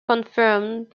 confirmed